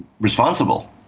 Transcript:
responsible